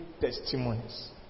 testimonies